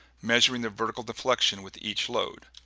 measuring the vertical deflection with each load.